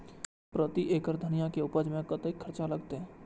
प्रति एकड़ धनिया के उपज में कतेक खर्चा लगते?